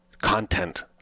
content